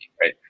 right